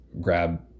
grab